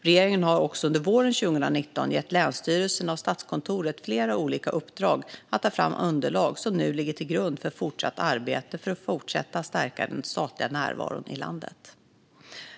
Regeringen gav också under våren 2019 länsstyrelserna och Statskontoret flera olika uppdrag att ta fram underlag, som nu ligger till grund för det fortsatta arbetet med att stärka den statliga närvaron i landet.